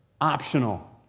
optional